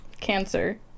Cancer